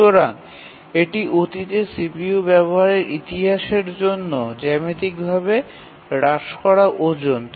সুতরাং এটি অতীত CPU ব্যবহারের ইতিহাসের জন্য জ্যামিতিকভাবে হ্রাস করা ওজন